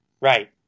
Right